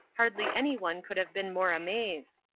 hardly any one could have been more amazed.